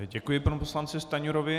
Děkuji panu poslanci Stanjurovi.